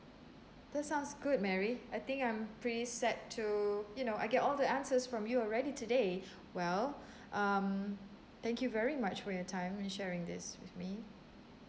that sounds good mary I think I'm pretty set to you know I get all the answers from you already today well um thank you very much for your time and sharing this with me